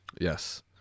Yes